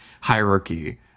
hierarchy